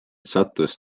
sattus